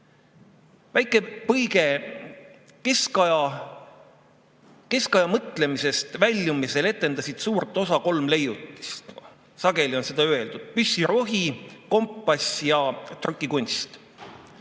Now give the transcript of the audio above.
Väike põige. Keskaja mõtlemisest väljumisel etendasid suurt osa kolm leiutist. Sageli on seda öeldud: püssirohi, kompass ja trükikunst.